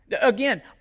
Again